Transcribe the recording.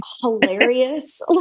hilarious